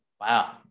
Wow